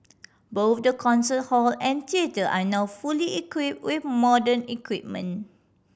both the concert hall and theatre are now fully equipped with modern equipment